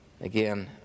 again